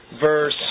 verse